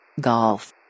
Golf